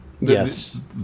Yes